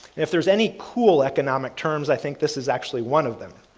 if there's any cool economic terms, i think this is actually one of them.